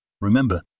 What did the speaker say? Remember